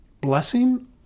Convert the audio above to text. blessing